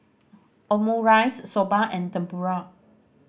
Omurice Soba and Tempura